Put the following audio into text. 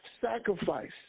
sacrifice